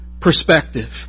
perspective